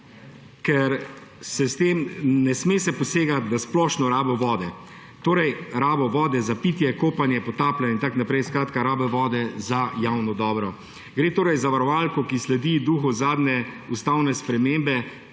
tem ne sme posegati v splošno rabo vode; torej rabo vode za pitje, kopanje, potapljanje in tako naprej. Skratka, raba vode za javno dobro. Gre torej za varovalko, ki sledi duhu zadnje ustavne spremembe,